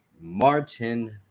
Martin